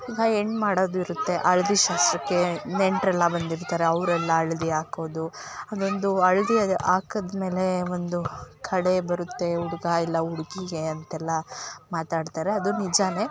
ಈಗ ಹೆಣ್ಣು ಮಾಡೋದ್ ಇರುತ್ತೆ ಹಳ್ದಿ ಶಾಸ್ತ್ರಕ್ಕೆ ನೆಂಟರೆಲ್ಲಾ ಬಂದಿರ್ತಾರೆ ಅವರೆಲ್ಲಾ ಹಳ್ದಿ ಹಾಕೋದು ಅದೊಂದು ಹಳ್ದಿ ಅದು ಹಾಕಿದ್ಮೇಲೆ ಒಂದು ಕಳೆ ಬರುತ್ತೆ ಹುಡ್ಗ ಇಲ್ಲ ಹುಡ್ಗಿಗೆ ಅಂತೆಲ್ಲ ಮಾತಾಡ್ತಾರೆ ಅದು ನಿಜಾನೆ